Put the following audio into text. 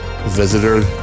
Visitor